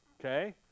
Okay